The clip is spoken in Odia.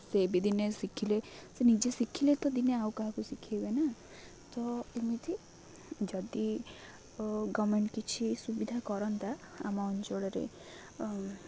ସେ ବି ଦିନେ ଶିଖିଲେ ସେ ନିଜେ ଶିଖିଲେ ତ ଦିନେ ଆଉ କାହାକୁ ଶିଖାଇବେ ନା ତ ଏମିତି ଯଦି ଗଭର୍ଣ୍ଣମେଣ୍ଟ୍ କିଛି ସୁବିଧା କରନ୍ତା ଆମ ଅଞ୍ଚଳରେ